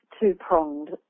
two-pronged